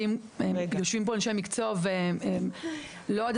כי אם יושבים פה אנשי מקצוע והם לא עד